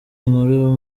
inkuru